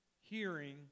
hearing